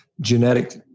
genetic